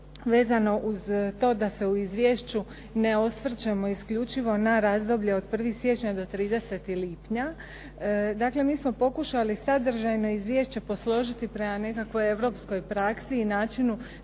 vezano uz to da se u izvješću ne osvrćemo isključivo na razdoblje od 1. siječnja do 30. lipnja, dakle mi smo pokušali sadržajno izvješće posložiti prema nekakvoj europskoj praksi i načinu